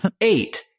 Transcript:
Eight